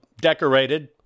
decorated